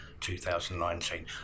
2019